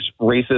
racist